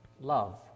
love